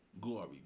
Glory